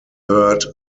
third